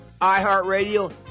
iHeartRadio